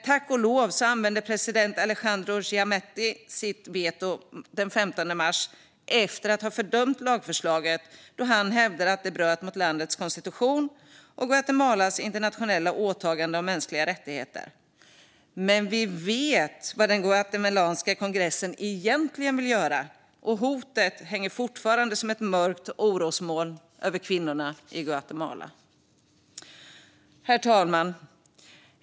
Tack och lov använde president Alejandro Giammattei sitt veto den 15 mars efter att ha fördömt lagförslaget, då han hävdade att det bröt mot landets konstitution och Guatemalas internationella åtaganden om mänskliga rättigheter. Men vi vet vad den guatemalanska kongressen egentligen vill göra, och hotet hänger fortfarande som ett mörkt orosmoln över kvinnorna i Guatemala. Herr talman!